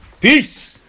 peace